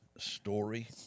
Story